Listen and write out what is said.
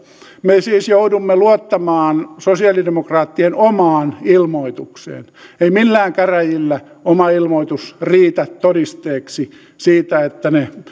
me siis joudumme luottamaan sosialidemok raattien omaan ilmoitukseen ei millään käräjillä oma ilmoitus riitä todisteeksi siitä että